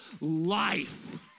life